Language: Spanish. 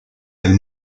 del